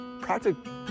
practically